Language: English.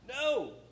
No